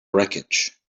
wreckage